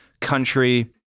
country